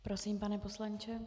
Prosím, pane poslanče.